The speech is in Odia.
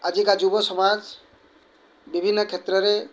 ଆଜିକା ଯୁବ ସମାଜ ବିଭିନ୍ନ କ୍ଷେତ୍ରରେ